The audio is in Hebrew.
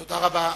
תודה רבה.